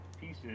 pieces